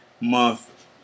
Month